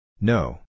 No